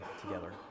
together